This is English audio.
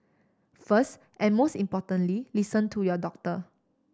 first and most importantly listen to your doctor